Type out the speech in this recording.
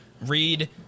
read